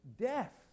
death